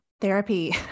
therapy